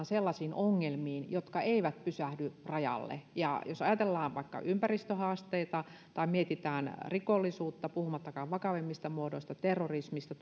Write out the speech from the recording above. sellaisiin ongelmiin jotka eivät pysähdy rajalle ja jos ajatellaan vaikka ympäristöhaasteita tai mietitään rikollisuutta puhumattakaan sen vakavimmista muodoista terrorismista